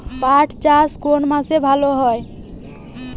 পাট চাষ কোন মাসে ভালো হয়?